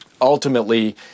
ultimately